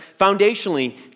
foundationally